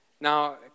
Now